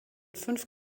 fünf